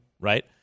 right